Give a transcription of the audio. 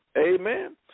Amen